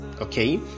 okay